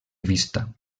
vista